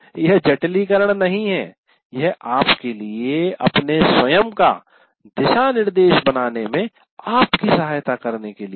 यह जटिलीकरण नहीं है यह आपके लिए अपने स्वयं का दिशानिर्देश बनाने में आपकी सहायता करने के लिए है